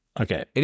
Okay